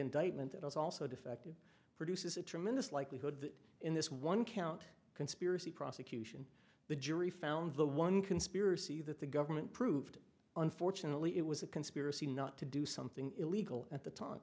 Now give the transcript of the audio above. indictment it was also defective produces a tremendous likelihood that in this one count conspiracy prosecution the jury found the one conspiracy that the government proved unfortunately it was a conspiracy not to do something illegal at the time